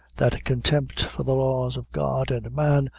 that contempt for the laws of god and man,